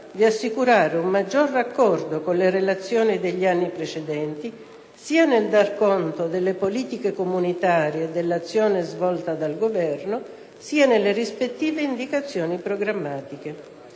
di assicurare un maggior raccordo con le relazioni degli anni precedenti, sia nel dare conto delle politiche comunitarie e dell'azione svolta dal Governo, sia nelle rispettive indicazioni programmatiche.